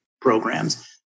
programs